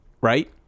Right